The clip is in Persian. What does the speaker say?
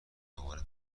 دوباره